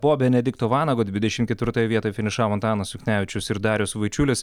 po benedikto vanago dvidešim ketvirtoj vietoj finišavo antanas juknevičius ir darius vaičiulis